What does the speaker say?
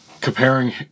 comparing